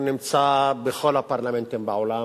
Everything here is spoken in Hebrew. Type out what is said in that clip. נמצא בכל הפרלמנטים בעולם.